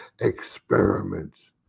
experiments